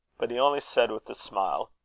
but he only said with a smile